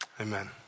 amen